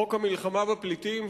חוק המלחמה בפליטים,